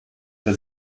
bei